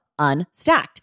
Unstacked